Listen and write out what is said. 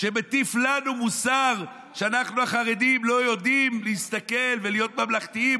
שמטיף לנו מוסר שאנחנו החרדים לא יודעים להסתכל ולהיות ממלכתיים?